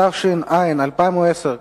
התש"ע 2010,